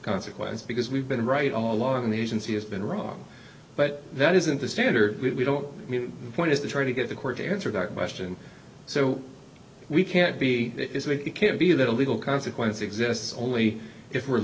consequence because we've been right all along the agency has been wrong but that isn't the standard we don't mean point is to try to get the court to answer that question so we can't be it can't be that a legal consequence exists only if we're